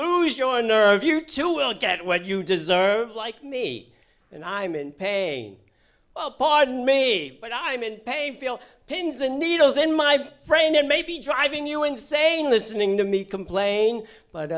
lose your nerve you too will get what you deserve like me and i'm in pain oh pardon me but i am in pain feel pins and needles in my brain and maybe driving you insane listening to me complain but